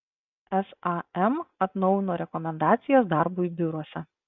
sam atnaujino rekomendacijas darbui biuruose